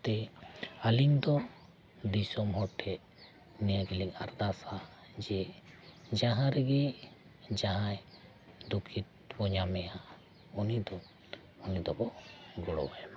ᱛᱮ ᱟᱹᱞᱤᱧ ᱫᱚ ᱫᱤᱥᱚᱢ ᱦᱚᱲ ᱴᱷᱮᱱ ᱱᱤᱭᱟᱹ ᱜᱮᱞᱤᱧ ᱟᱨᱫᱟᱥᱟ ᱡᱮ ᱡᱟᱦᱟᱸ ᱨᱮᱜᱮ ᱡᱟᱦᱟᱸᱭ ᱫᱩᱠᱷᱤᱛ ᱵᱚᱱ ᱧᱟᱢᱮᱭᱟ ᱩᱱᱤ ᱫᱚ ᱩᱱᱤ ᱫᱚᱵᱚᱱ ᱜᱚᱲᱚᱣᱟᱭᱢᱟ